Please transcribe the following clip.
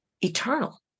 eternal